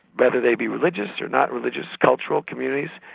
whether they be religious or not religious, cultural communities.